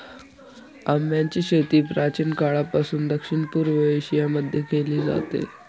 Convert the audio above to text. आंब्याची शेती प्राचीन काळापासून दक्षिण पूर्व एशिया मध्ये केली जाते